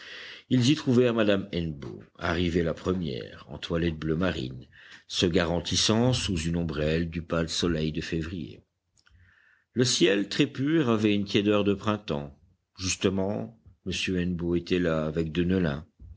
ils y trouvèrent madame hennebeau arrivée la première en toilette bleu marine se garantissant sous une ombrelle du pâle soleil de février le ciel très pur avait une tiédeur de printemps justement m hennebeau était là avec deneulin